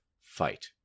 fight